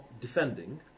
defending